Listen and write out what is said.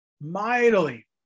mightily